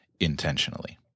intentionally